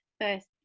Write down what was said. first